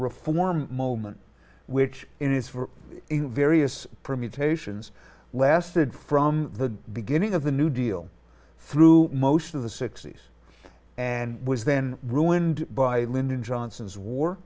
reform moment which it is for various permutations lasted from the beginning of the new deal through most of the sixty's and was then ruined by lyndon johnson's war